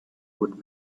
would